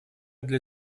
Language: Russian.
для